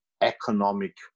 economic